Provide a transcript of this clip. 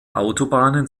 autobahnen